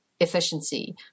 efficiency